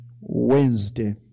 Wednesday